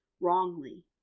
wrongly